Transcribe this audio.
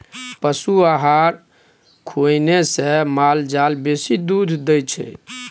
पशु आहार खुएने से माल जाल बेसी दूध दै छै